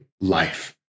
life